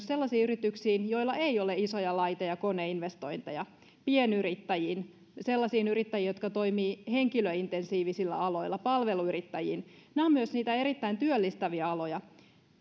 sellaisiin yrityksiin joilla ei ole isoja laite ja koneinvestointeja pienyrittäjiin sellaisiin yrittäjiin jotka toimivat henkilöintensiivisillä aloilla palveluyrittäjiin nämä ovat myös niitä erittäin työllistäviä aloja